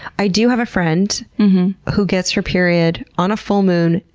i do have a friend who gets her period on a full moon,